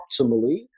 optimally